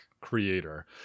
creator